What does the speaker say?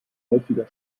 häufiger